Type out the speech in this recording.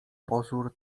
pozór